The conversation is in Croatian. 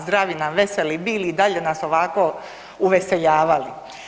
Zdravi nam i veseli bili i dalje nas ovako uveseljavali.